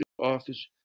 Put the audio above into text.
office